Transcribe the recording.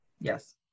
Yes